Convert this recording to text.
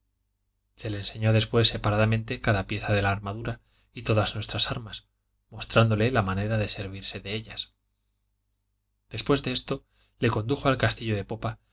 se le enseñó después separadamente cada pieza de la armadura y todas nuestras armas mostrándole la manera de servirse de ellas después dé esto le condujo al castillo de popa